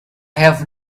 have